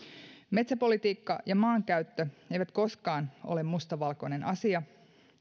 metsäpolitiikka ja maankäyttö eivät koskaan ole mustavalkoinen asia